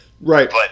Right